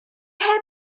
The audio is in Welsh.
heb